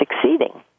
succeeding